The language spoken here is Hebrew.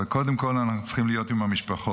אבל קודם כול אנחנו צריכים להיות עם המשפחות,